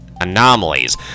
anomalies